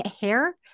hair